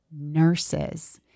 nurses